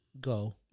go